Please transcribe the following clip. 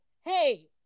hey